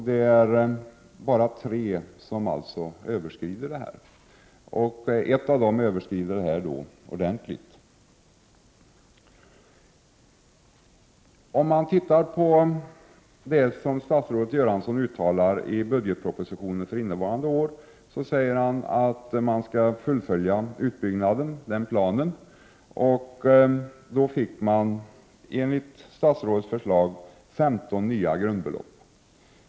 Det är alltså bara tre som får det, ett av dem överskrider gränsen ordentligt. Statsrådet uttalar i budgetpropositionen för innevarande år att man skall fullfölja planen för utbyggnaden. Enligt statsrådets förslag fick man 15 nya grundbelopp.